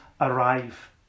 arrive